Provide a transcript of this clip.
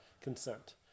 consent